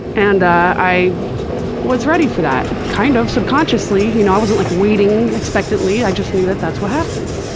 and i i was ready for that. kind of, subconsciously. you know i wasn't like waiting expectantly. i just knew that that's what happens.